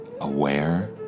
Aware